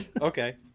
okay